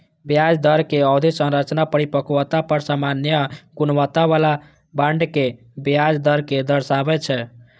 ब्याज दरक अवधि संरचना परिपक्वता पर सामान्य गुणवत्ता बला बांड के ब्याज दर कें दर्शाबै छै